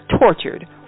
tortured